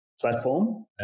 platform